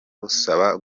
musaba